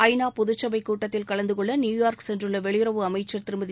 ஐ நா பொதுச்சபை கூட்டத்தில்கலந்து கொள்ள நியுயார்க் சென்றுள்ள வெளியறவு அமைச்சர் திருமதி